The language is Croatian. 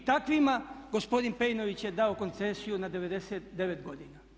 I takvima gospodin Pejnović je dao koncesiju na 99 godina.